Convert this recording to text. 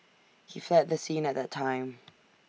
he fled the scene at that time